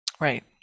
right